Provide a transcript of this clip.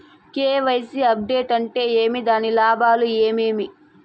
KYC update అంటే ఏమి? దాని లాభాలు ఏమేమి?